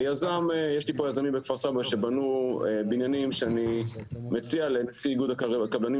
יש לי פה יזמים בכפר סבא שבנו בניינים שאני מציע לנשיא איגוד הקבלנים